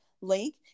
link